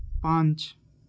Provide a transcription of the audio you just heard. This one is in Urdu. پانچ